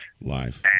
Live